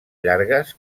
llargues